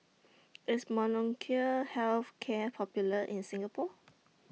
IS Molnylcke Health Care Popular in Singapore